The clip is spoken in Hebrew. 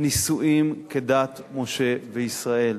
נישואים כדת משה וישראל.